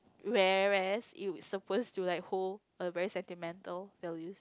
whereas you suppose to like hold a very sentimental value